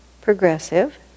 progressive